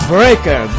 Breaker